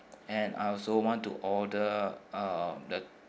and I also want to order uh the